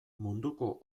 munduko